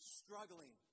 struggling